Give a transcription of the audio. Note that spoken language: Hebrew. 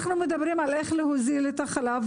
אנחנו מדברים על איך להוזיל את החלב,